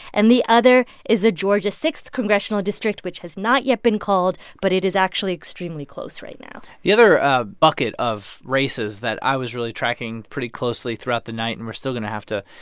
and the other is a georgia six congressional district, which has not yet been called, but it is actually extremely close right now the other bucket of races that i was really tracking pretty closely throughout the night and we're still going to have to,